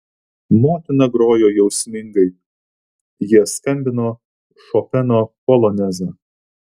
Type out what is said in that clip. motina grojo jausmingai jie skambino šopeno polonezą